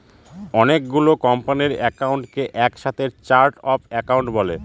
অনেকগুলো কোম্পানির একাউন্টকে এক সাথে চার্ট অফ একাউন্ট বলে